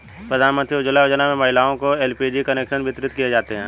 प्रधानमंत्री उज्ज्वला योजना में महिलाओं को एल.पी.जी कनेक्शन वितरित किये जाते है